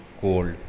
cold